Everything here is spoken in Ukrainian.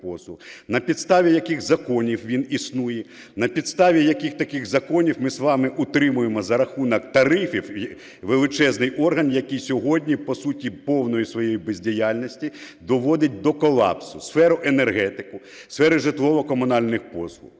на підставі яких законів він існує, на підставі яких таких законів ми з вами утримуємо за рахунок тарифів величезний орган, який сьогодні, по суті, повною своєю бездіяльністю доводить до колапсу сферу енергетики, сферу житлово-комунальних послуг.